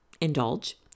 indulge